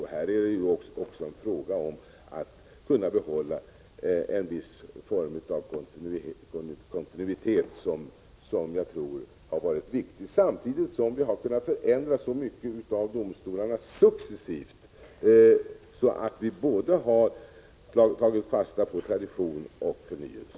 Här är det också fråga om att kunna behålla en viss form av kontinuitet, som jag tror har varit viktig, samtidigt som vi har kunnat förändra successivt. Vi har alltså tagit fasta på både tradition och förnyelse.